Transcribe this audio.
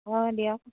অঁ দিয়ক